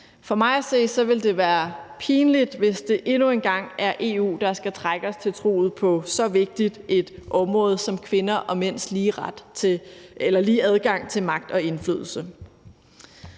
For mig at se vil det være pinligt, hvis det endnu en gang er EU, der skal trække os til truget på så vigtigt et område som kvinder og mænds ret til lige adgang til magt og indflydelse.